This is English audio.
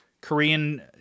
Korean